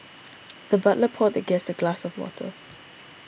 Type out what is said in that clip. the butler poured the guest a glass of water